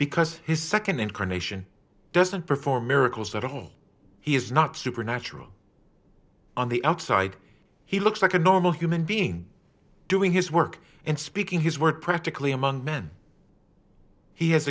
because his nd incarnation doesn't perform miracles at all he is not supernatural on the outside he looks like a normal human being doing his work and speaking his word practically among men he has